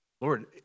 Lord